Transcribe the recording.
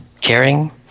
caring